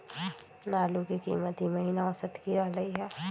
आलू के कीमत ई महिना औसत की रहलई ह?